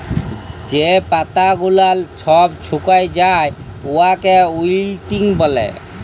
যে পাতা গুলাল ছব ছুকাঁয় যায় উয়াকে উইল্টিং ব্যলে